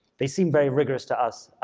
they seem very rigorous to us